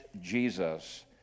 Jesus